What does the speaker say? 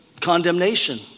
condemnation